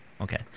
okay